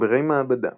עכברי מעבדה